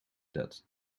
that